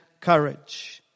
courage